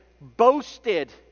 boasted